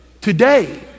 today